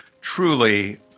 truly